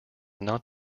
not